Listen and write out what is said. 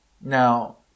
Now